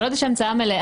כל עוד יש המצאה מלאה.